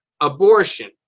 abortion